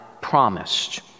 promised